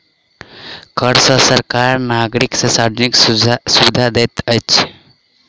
कर सॅ सरकार नागरिक के सार्वजानिक सुविधा दैत अछि